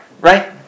right